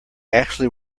actually